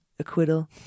acquittal